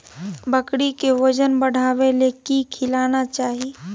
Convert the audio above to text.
बकरी के वजन बढ़ावे ले की खिलाना चाही?